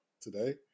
today